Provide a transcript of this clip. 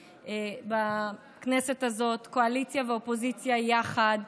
בכנסת הזאת, קואליציה ואופוזיציה יחד.